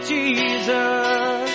Jesus